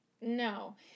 No